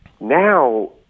now